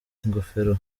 ingofero